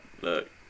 Look